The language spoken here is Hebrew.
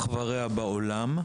אח ורע בעולם,